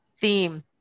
theme